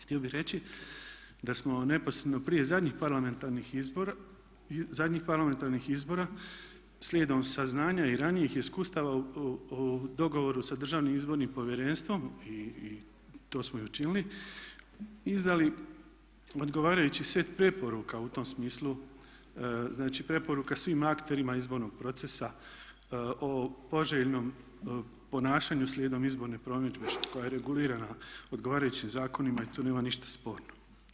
Htio bi reći da smo neposredno prije zadnjih parlamentarnih izbora slijedom saznanja i ranijih iskustava u dogovoru sa Državnim izbornim povjerenstvom i to smo i učinili izdali odgovarajući set preporuka u tom smislu, znači preporuka svim akterima izbornog procesa o poželjnom ponašanju slijedom izborne promidžbe koja je regulirana odgovarajućim zakonima i tu nema ništa sporno.